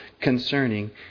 concerning